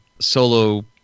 solo